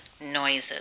noises